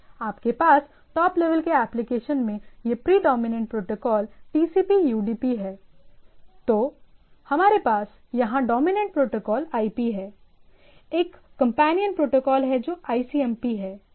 आपके पास top level के एप्लीकेशन में यह प्रेडोमिनेंट प्रोटोकॉल टीसीपी यूडीपी है तो हमारे पास यहां डोमिनेंट प्रोटोकॉल आईपी है एक कंपेनीयन प्रोटोकॉल है जो आईसीएमपी है